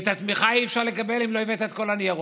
ואת התמיכה אי-אפשר לקבל אם לא הבאת את כל הניירות.